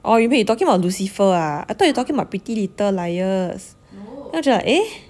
oh you mean you talking about lucifer ah I thought you talking about pretty little liars then I was like eh